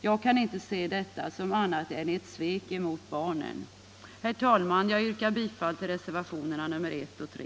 Jag kan inte se detta som annat än ett svek mot barnen. Herr talman! Jag yrkar bifall till reservationerna 1 och 3.